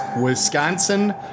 Wisconsin